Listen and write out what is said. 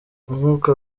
umwuka